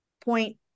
point